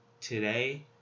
today